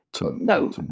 No